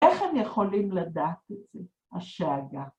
איך הם יכולים לדעת את זה? השאגה.